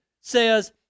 says